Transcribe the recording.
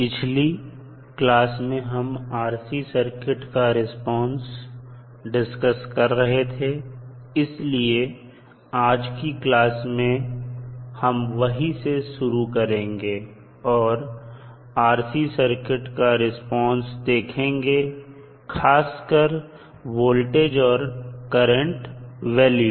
पिछली क्लास में हम RC सर्किट का रिस्पांस डिस्कस कर रहे थे इसलिए आज की क्लास हम वहीं से शुरू करेंगे और RC सर्किट का रिस्पांस देखेंगे खासकर वोल्टेज और करंट वैल्यू